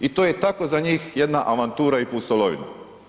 I to je tako za njih jedna avantura i pustolovina.